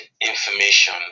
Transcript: information